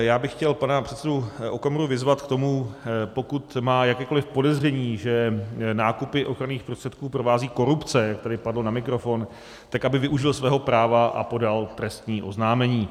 Já bych chtěl pana předsedu Okamuru vyzvat k tomu, pokud má jakékoli podezření, že nákupy ochranných prostředků provází korupce, jak tady padlo na mikrofon, tak aby využil svého práva a podal trestní oznámení.